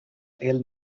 ill